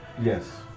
Yes